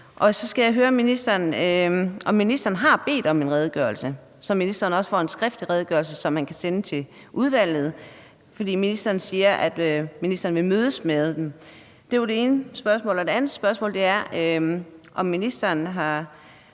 Og så skal jeg høre ministeren, om ministeren har bedt om en redegørelse, så ministeren også får en skriftlig redegørelse, som han kan sende til udvalget, for ministeren siger, at ministeren vil mødes med dem. Det var det ene spørgsmål. Det andet spørgsmål er, om ministeren er